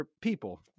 people